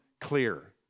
clear